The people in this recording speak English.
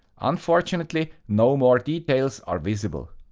unfortunately, no more details are visible.